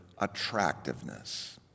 attractiveness